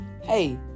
hey